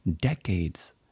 decades